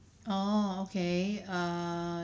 oh okay err